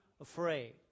afraid